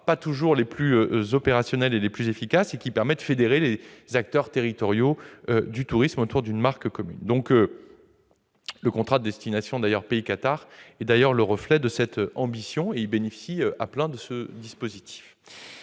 pas toujours des plus opérationnelles et efficaces, et fédérer les acteurs territoriaux du tourisme autour d'une marque commune. Le contrat de destination « Pays cathare » est d'ailleurs le reflet de cette ambition et il bénéficie à plein de ce dispositif.